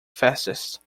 fastest